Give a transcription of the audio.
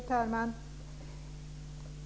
Fru talman!